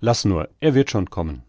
laß nur bleib er wird schon kommen